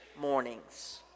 mornings